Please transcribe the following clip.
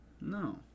No